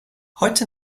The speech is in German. heute